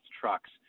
trucks